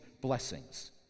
blessings